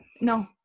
No